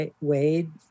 Wade